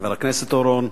חבר הכנסת אורון.